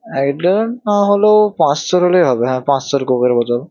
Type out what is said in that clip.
এক লিটার না হলেও পাঁচশোর হলেই হবে হ্যাঁ পাঁচশোর কোকের বোতল